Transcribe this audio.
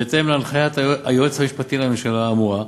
בהתאם להנחיית היועץ המשפטי לממשלה האמורה,